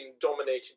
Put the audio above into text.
dominated